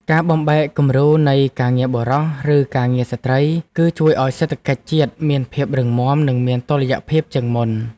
ការបំបែកគំរូនៃ ការងារបុរស ឬការងារស្ត្រី នឹងជួយឱ្យសេដ្ឋកិច្ចជាតិមានភាពរឹងមាំនិងមានតុល្យភាពជាងមុន។